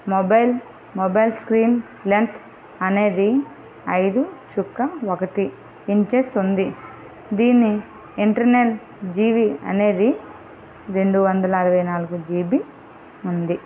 mobile mobile screen length అనేవి ఐదు చుక్క ఒకటి ఇంచెస్ ఉంది దీన్ని ఇంటర్నల్ జిబి అనేది రెండు వందల అరవై నాలుగు జిబి ఉంది